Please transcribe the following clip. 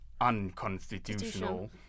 unconstitutional